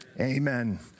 Amen